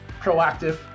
proactive